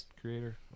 creator